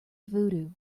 voodoo